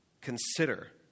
consider